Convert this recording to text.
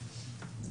בבקשה.